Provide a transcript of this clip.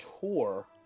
tour